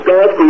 God